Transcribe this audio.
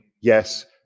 Yes